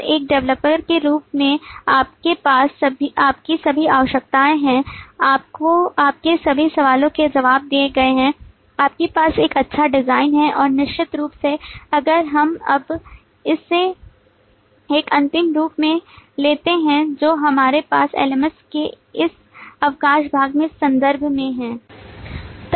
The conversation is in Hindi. और एक डेवलपर के रूप में आपके पास आपकी सभी आवश्यकताएं हैं आपके सभी सवालों के जवाब दिए गए हैं आपके पास एक अच्छा डिज़ाइन है और निश्चित रूप से अगर हम अब इसे एक अंतिम के रूप में लेते हैं जो हमारे पास LMS के इस अवकाश भाग के संदर्भ में है